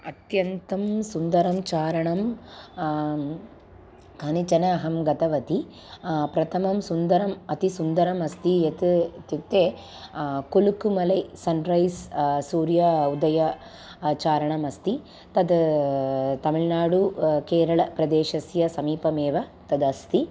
अत्यन्तं सुन्दरं चारणं कानिचन अहं गतवती प्रथमं सुन्दरम् अतिसुन्दरम् अस्ति यत् इत्युक्ते कुलुकुमलै सन्रैस् सूर्य उदय चारणम् अस्ति तद् तमिळ्नाडु केरळप्रदेशस्य समीपमेव तदस्ति